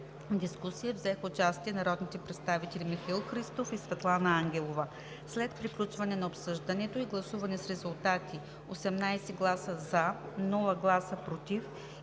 дискусията взеха участие народните представители Михаил Христов и Светлана Ангелова. След приключване на обсъждането и гласуване с резултати: 18 гласа „за“, без гласове „против“